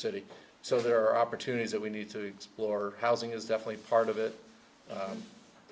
cities so there are opportunities that we need to explore housing is definitely part of it